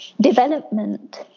Development